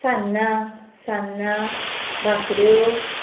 सान्नां सान्नां भाकऱ्यो